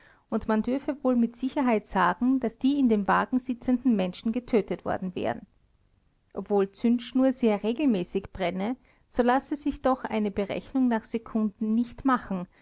und man dürfe wohl mit sicherheit sagen daß die in dem wagen sitzenden zenden menschen getötet worden wären obwohl zündschnur sehr regelmäßig brenne so lasse sie doch eine berechnung nach sekunden nicht machen